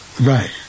right